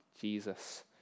Jesus